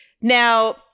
Now